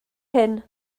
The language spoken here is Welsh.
hyn